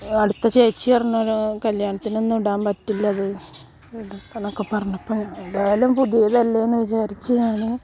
അടുത്ത ചേച്ചി പറഞ്ഞത് കല്യാണത്തിനൊന്നും ഇടാൻ പറ്റില്ല അത് അങ്ങനെയൊക്കെ പറഞ്ഞപ്പോൾ ഏതായാലും പുതിയതല്ലേ എന്ന് വിചാരിച്ച് ഞാൻ